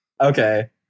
okay